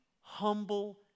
humble